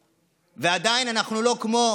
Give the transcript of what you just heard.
ועדיין, אנחנו לא כמו